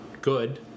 good